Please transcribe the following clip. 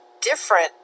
different